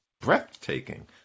breathtaking